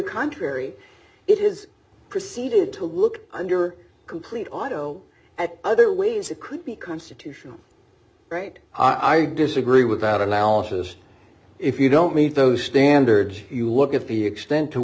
contrary it is proceeded to look under complete auto at other ways it could be constitutional right i disagree with that analysis if you don't meet those standards you look at the extent to